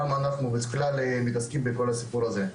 למה אנחנו בכלל מתעסקים בכל הסיפור הזה?